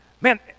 man